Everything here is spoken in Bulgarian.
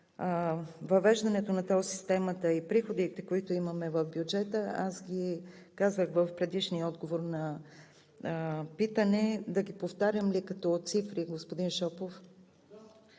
въвеждането на тол системата и приходите, които имаме в бюджета – аз ги казах в предишния отговор на питане, да ги повтарям ли като цифри, господин Шопов?